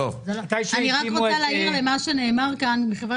אני רק רוצה להעיר למה שנאמר כאן מכיוון